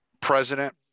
president